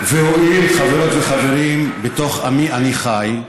והואיל, חברות וחברים, ובתוך עמי אני חי,